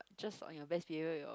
just on your best period your